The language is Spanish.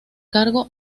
cargo